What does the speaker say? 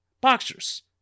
boxers